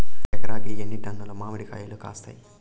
ఎకరాకి ఎన్ని టన్నులు మామిడి కాయలు కాస్తాయి?